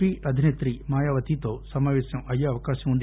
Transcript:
P అధిసేత్రి మాయావతితో సమాపేశం అయ్యే అవకాశం ఉంది